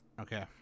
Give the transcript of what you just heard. Okay